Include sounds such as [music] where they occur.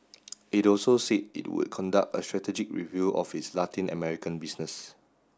[noise] it also said it would conduct a strategic review of its Latin American business